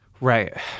Right